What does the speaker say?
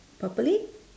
purply